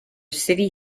city